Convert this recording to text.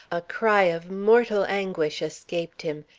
a cry of mortal anguish escaped him,